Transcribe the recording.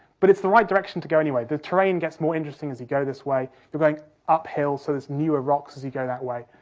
but it's the right direction to go, the terrain gets more interesting as you go this way, you're going uphill, so there's newer rocks as you go that way.